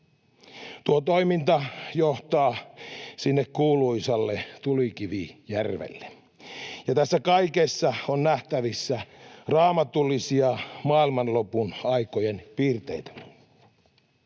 Tuo toiminta johtaa sinne kuuluisalle tulikivijärvelle, ja tässä kaikessa on nähtävissä raamatullisia maailmanlopun aikojen piirteitä.